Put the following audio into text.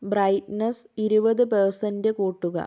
brightness ഇരുപത് percent കൂട്ടുക